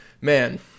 man